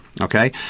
okay